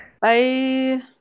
Bye